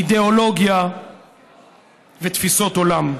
אידיאולוגיה ותפיסות עולם.